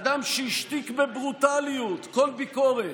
אדם שהשתיק בברוטליות כל ביקורת,